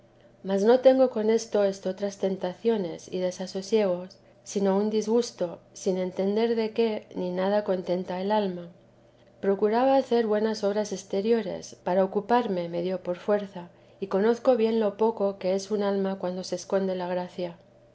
mas no tengo con esto estotras tentaciones y desasosiegos sino un disgusto sin entender de qué ni nada contenta el alma procuraba hacer buenas obras exteriores para ocuparme medio por fuerza y conozco bien lo poco que es un alma cuando se esconde la gracia